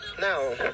now